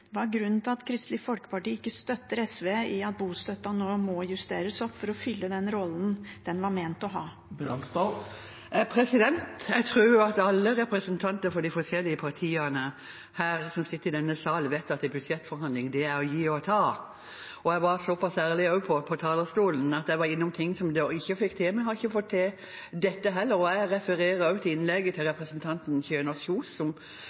Hva er grunnen til at Kristelig Folkeparti ikke støtter SV i at bostøtten nå må justeres opp for å fylle den rollen den var ment å ha? Jeg tror at alle representanter for de forskjellige partiene som sitter i denne salen, vet at en budsjettforhandling er å gi og ta. Jeg var også såpass ærlig på talerstolen at jeg var innom ting som vi ikke fikk til. Vi har ikke fått til dette heller. Jeg refererer også til innlegget til representanten Kjønaas Kjos, som